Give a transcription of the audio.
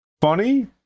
funny